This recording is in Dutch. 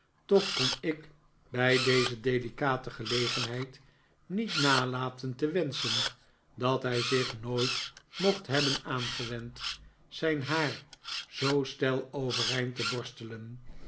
toch kon ik bij deze delicate gelegenheid niet nalaten te wenschen dat hij zich nooit mocht hebben aangewend zijn haar zoo steil overeind te borstelen